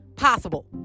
possible